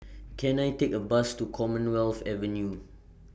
Can I Take A Bus to Commonwealth Avenue